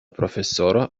profesoro